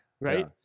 Right